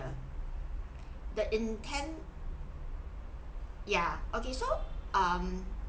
that in ten yeah okay so um